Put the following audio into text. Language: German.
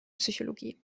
psychologie